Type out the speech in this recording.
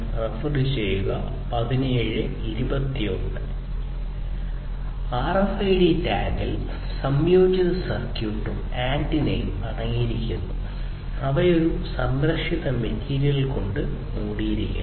RFID ടാഗിൽ സംയോജിത സർക്യൂട്ടും ആന്റിനയും അടങ്ങിയിരിക്കുന്നു അവ ഒരു സംരക്ഷിത മെറ്റീരിയൽ കൊണ്ട് മൂടിയിരിക്കുന്നു